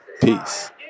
peace